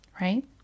Right